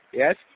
yes